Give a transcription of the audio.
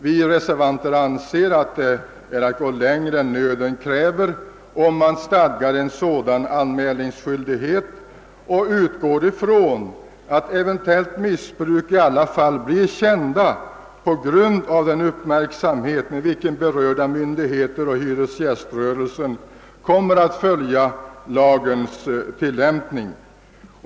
Vi reservanter anser att det är att sträcka sig längre än nöden kräver att stadga en sådan anmälningsskyldighet och utgår från att eventuellt missbruk i alla fall blir känt på grund av den uppmärksamhet, med vilken berörda myndigheter och hyresgäströrelsen kommer att följa lagens tillämpning.